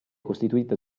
costituita